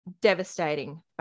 devastating